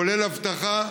כולל אבטחה,